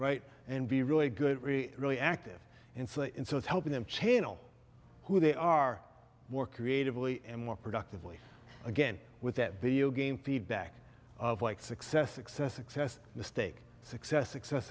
right and be really good really really active in say in so it's helping them channel who they are more creatively and more productively again with that video game feedback of like success success excess mistake success success